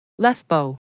Lesbo